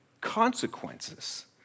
consequences